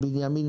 בנימין,